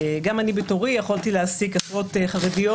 גם אני בתורי יכולתי להעסיק עובדות חרדיות,